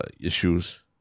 issues